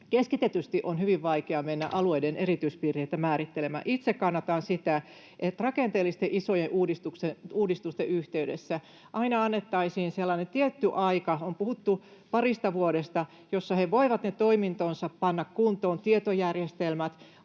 keskitetysti on hyvin vaikea mennä alueiden erityispiirteitä määrittelemään. Itse kannatan sitä, että rakenteellisten isojen uudistusten yhteydessä aina annettaisiin sellainen tietty aika — on puhuttu parista vuodesta — jossa he voivat ne toimintonsa panna kuntoon, tietojärjestelmät,